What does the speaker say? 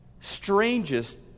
strangest